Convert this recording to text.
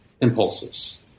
impulses